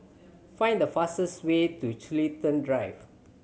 find the fastest way to Chiltern Drive